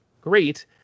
great